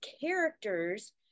characters